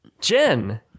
Jen